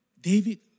David